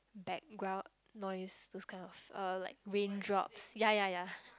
background noise those kind of uh like raindrops ya ya ya